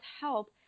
help